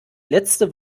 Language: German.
letzte